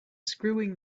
screwing